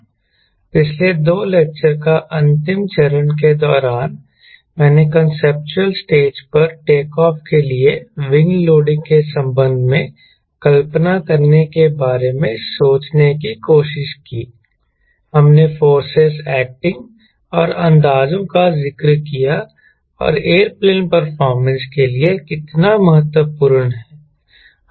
पिछले दो लेक्चर या अंतिम चरण के दौरान मैंने कांसेप्चुअल स्टेज पर टेक ऑफ के लिए विंग लोडिंग के संबंध में कल्पना करने के बारे में सोचने की कोशिश की हमने फोर्सेस एक्टिंग और अंदाजों का जिक्र किया और एयरप्लेन परफारमेंस के लिए यह कितना महत्वपूर्ण है